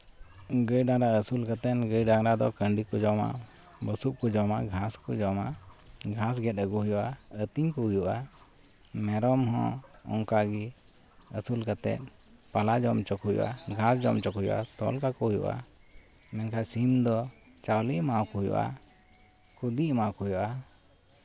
ᱜᱟᱹᱭ ᱰᱟᱝᱨᱟ ᱟᱹᱥᱩᱞ ᱠᱟᱛᱮᱫ ᱜᱟᱹᱭ ᱰᱟᱝᱨᱟ ᱫᱚ ᱠᱟᱹᱰᱤ ᱠᱚ ᱡᱚᱢᱟ ᱵᱩᱥᱩᱵ ᱠᱚ ᱡᱚᱢᱟ ᱜᱷᱟᱥ ᱠᱚ ᱡᱚᱢᱟ ᱜᱷᱟᱥ ᱜᱮᱛ ᱟᱜᱩᱭ ᱦᱩᱭᱩᱜᱼᱟ ᱟᱹᱛᱤᱧ ᱠᱚ ᱦᱩᱭᱩᱜᱼᱟ ᱢᱮᱨᱚᱢ ᱦᱚᱸ ᱚᱱᱠᱟᱜᱮ ᱟᱹᱥᱩᱞ ᱠᱟᱛᱮᱫ ᱯᱟᱞᱟ ᱡᱚᱢ ᱦᱚᱪᱚ ᱠᱚ ᱦᱩᱭᱩᱜᱼᱟ ᱜᱷᱟᱥ ᱡᱚᱢ ᱦᱚᱪᱚ ᱠᱚ ᱦᱩᱭᱩᱜᱼᱟ ᱛᱚᱞ ᱠᱟᱠᱚ ᱦᱩᱭᱩᱜᱼᱟ ᱢᱮᱱᱠᱷᱟᱡ ᱥᱤᱢ ᱫᱚ ᱪᱟᱣᱞᱮ ᱮᱢᱟ ᱠᱚ ᱦᱩᱭᱩᱜᱼᱟ ᱠᱷᱚᱫᱮ ᱮᱢᱟᱠᱚ ᱦᱩᱭᱩᱜᱼᱟ